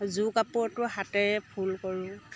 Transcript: যোৰ কাপোৰতো হাতেৰে ফুল কৰোঁ